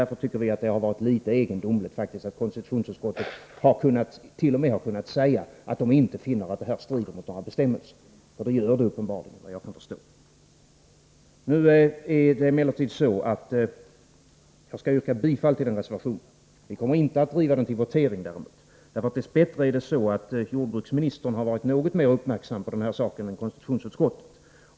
Därför tycker vi att det är litet egendomligt att konstitutionsutskottet t.o.m. har kunnat säga att man inte finner att detta strider mot några bestämmelser. Det gör det uppenbarligen efter vad jag kan förstå. Jag yrkar bifall till vår reservation, men vi kommer däremot inte att driva den till votering. Dess bättre är det så att jordbruksministern har varit något mer uppmärksam på dessa saker än konstitutionsutskottet.